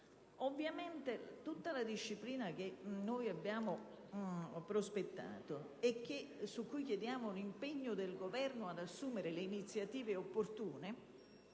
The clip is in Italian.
Ovviamente, tutta la disciplina da noi prospettata, e sulla quale chiediamo l'impegno del Governo ad assumere le iniziative opportune,